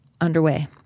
underway